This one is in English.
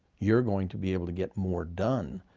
you're going to be able to get more done,